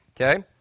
Okay